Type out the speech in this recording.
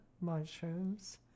mushrooms